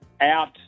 Out